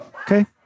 Okay